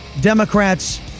Democrats